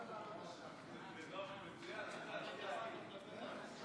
והצעת החוק תעבור לדיון בוועדת החוקה, חוק ומשפט.